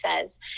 says